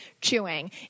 chewing